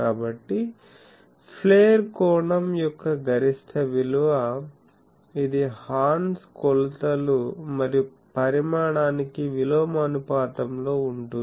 కాబట్టి ఫ్లేర్ కోణం యొక్క గరిష్ట విలువ ఇది హార్న్స్ కొలతలు మరియు పరిమాణానికి విలోమానుపాతంలో ఉంటుంది